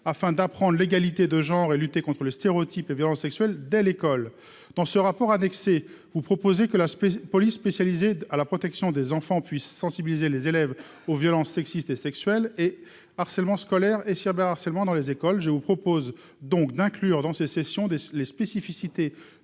afin d'apprendre l'égalité de genre et lutter contre les stéréotypes et violences sexuelles dès l'école, dans ce rapport annexé vous proposez que la police spécialisée à la protection des enfants puissent sensibiliser les élèves aux violences sexistes et sexuelles et harcèlement scolaire et si harcèlement dans les écoles, je vous propose donc d'inclure dans ses sessions des les spécificités